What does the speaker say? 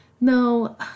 No